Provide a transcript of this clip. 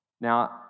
Now